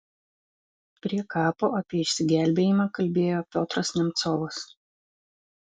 prie kapo apie išsigelbėjimą kalbėjo piotras nemcovas